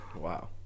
Wow